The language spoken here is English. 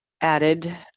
added